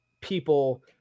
people –